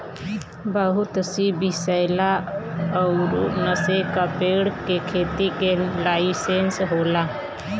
बहुत सी विसैला अउर नसे का पेड़ के खेती के लाइसेंस होला